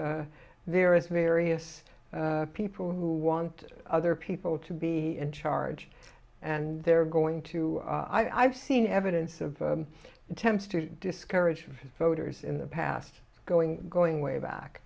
there is various people who want other people to be in charge and they're going to i have seen evidence of attempts to discourage voters in the past going going way back